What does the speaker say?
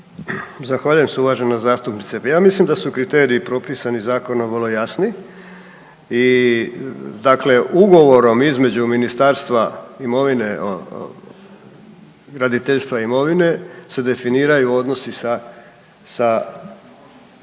Zahvaljujem se uvažena zastupnice, pa ja mislim da su kriteriji propisani zakonom vrlo jasni i dakle ugovorom između ministarstva imovine, graditeljstva imovine se definiraju odnosi sa,